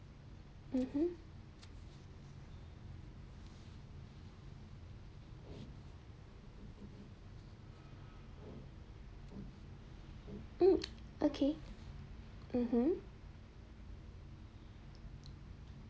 mmhmm hmm okay mmhmm